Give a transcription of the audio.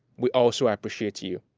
we also appreciate you.